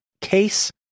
case